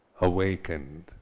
Awakened